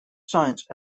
science